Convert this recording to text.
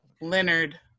leonard